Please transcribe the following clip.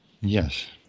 Yes